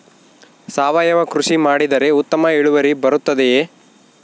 ಸಾವಯುವ ಕೃಷಿ ಮಾಡಿದರೆ ಉತ್ತಮ ಇಳುವರಿ ಬರುತ್ತದೆಯೇ?